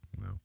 No